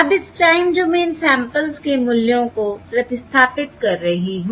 अब इस time domain samples के मूल्यों को प्रतिस्थापित कर रही हूं